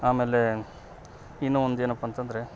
ಆಮೇಲೆ ಇನ್ನು ಒಂದು ಏನಪ್ಪ ಅಂತಂದರೆ